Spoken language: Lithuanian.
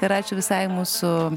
ir ačiū visai mūsų